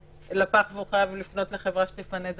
לפח והוא חייב לפנות לחברה שתפנה את זה?